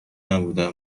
نبودم